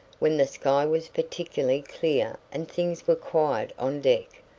when the sky was particularly clear and things were quiet on deck,